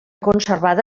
conservada